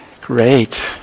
Great